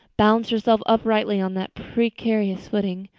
balanced herself uprightly on that precarious footing,